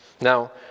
Now